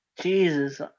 Jesus